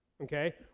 okay